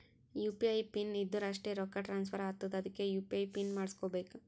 you P I PIN ಇದ್ದುರ್ ಅಷ್ಟೇ ರೊಕ್ಕಾ ಟ್ರಾನ್ಸ್ಫರ್ ಆತ್ತುದ್ ಅದ್ಕೇ ಯು.ಪಿ.ಐ ಪಿನ್ ಮಾಡುಸ್ಕೊಬೇಕ್